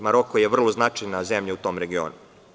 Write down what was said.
Maroko je vrlo značajna zemlja u tom regionu.